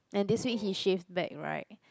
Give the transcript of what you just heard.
and this week he shave back right